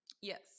Yes